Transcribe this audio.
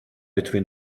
between